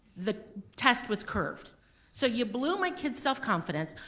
the test was curved so you blew my kid's self confidence.